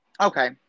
Okay